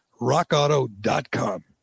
rockauto.com